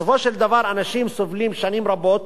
בסופו של דבר אנשים סובלים שנים רבות,